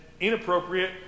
inappropriate